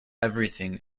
everything